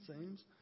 seems